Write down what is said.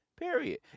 period